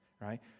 Right